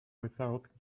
without